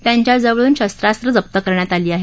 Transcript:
त्यांच्याजवळून शस्रास्र जप्त करण्यात आली आहेत